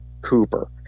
Cooper